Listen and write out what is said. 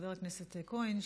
חבר הכנסת כהן,